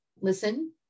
listen